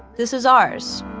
this is ours.